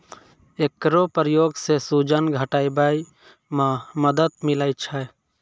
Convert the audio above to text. एकरो प्रयोग सें सूजन घटावै म मदद मिलै छै